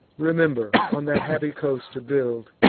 remember on that happy coast to build,